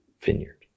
vineyard